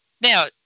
Now